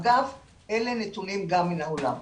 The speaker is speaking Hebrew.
אגב, אלה נתונים גם מהעולם.